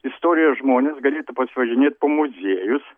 istorijos žmonės galėtų pasivažinėt po muziejus